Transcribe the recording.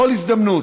בכל הזדמנות,